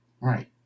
right